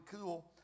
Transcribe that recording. cool